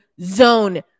zone